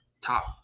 top